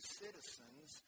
citizens